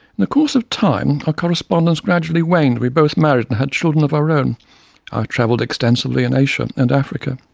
the course of time, our correspondence gradually waned, and we both married and had children of our own. i travelled extensively in asia and africa,